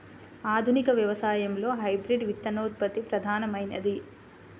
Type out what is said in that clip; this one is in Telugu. ఆధునిక వ్యవసాయంలో హైబ్రిడ్ విత్తనోత్పత్తి ప్రధానమైనది